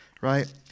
right